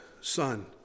son